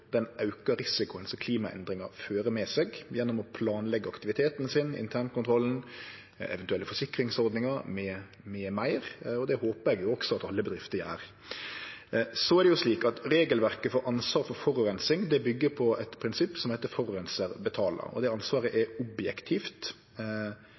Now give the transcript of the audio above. den auka risikoen som klimaendringar fører med seg, gjennom å planleggje aktiviteten sin, internkontrollen, eventuelle forsikringsordningar m.m. Det håpar eg også at alle bedrifter gjer. Så er det slik at regelverket for ansvar for forureining byggjer på eit prinsipp som heiter forureinar betalar, og det ansvaret